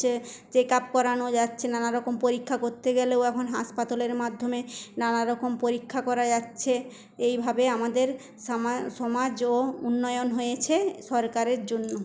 চে check up করানো যাচ্ছে নানারকম পরীক্ষা করতে গেলেও এখন হাসপাতালের মাধ্যমে নানারকম পরীক্ষা করা যাচ্ছে এইভাবে আমাদের সমাজ ও উন্নয়ন হয়েছে সরকারের জন্য